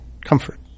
comfort